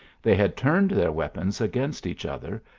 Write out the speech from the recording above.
they had turned their weapons against each other,